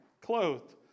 clothed